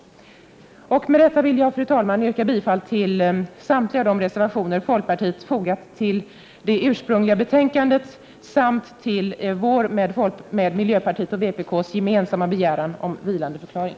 Jag vill med detta, fru talman, yrka bifall till de reservationer folkpartiet fogat såväl till det ursprungliga betänkandet som till det nya betänkandet från socialförsäkringsutskottet i detta ärende, samt till vår med miljöpartiet och vpk gemensamma begäran om vilandeförklaring.